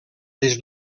des